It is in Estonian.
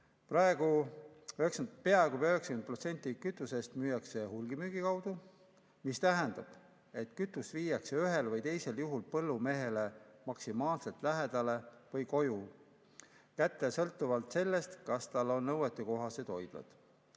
kohta. Peaaegu 90% kütusest müüakse hulgimüügi kaudu, mis tähendab, et kütus viiakse ühel või teisel [viisil] põllumehele maksimaalselt lähedale või koju kätte, sõltuvalt sellest, kas tal on nõuetekohased hoidlad.